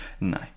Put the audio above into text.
No